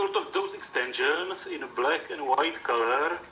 of those extensions in black and white colour,